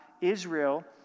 Israel